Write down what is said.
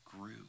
grew